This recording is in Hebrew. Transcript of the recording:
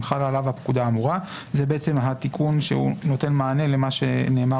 חלה עליו הפקודה האמורה;"; זה התיקון שנותן מענה למה שנאמר